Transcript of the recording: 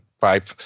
pipe